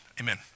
Amen